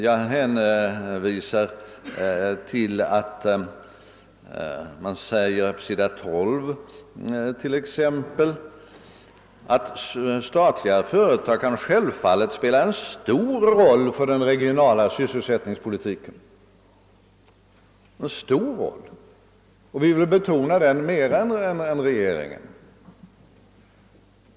Jag hänvisar bl.a. till följande uttalande på s. 12 i det häfte där motionen intagits: »Statliga företag kan självfallet spela en roll för den regionala sysselsättningspolitiken.» Vi vill betona detta mera än vad regeringen gör.